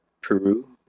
Peru